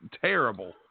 terrible